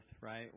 right